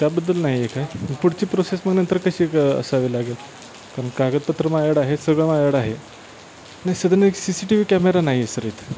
त्याबद्दल नाही आहे काय पुढची प्रोसेस मग नंतर कशी असावी लागेल कारण कागदपत्रं माझ्याकडं आहे सगळं माझ्याकडं आहे नाही सध्या ना एक C C T V camera नाही आहे सर इथे